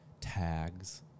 tags